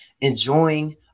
enjoying